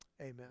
amen